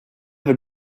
have